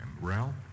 Ralph